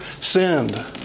sinned